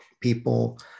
people